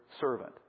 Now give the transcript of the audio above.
servant